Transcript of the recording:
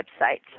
website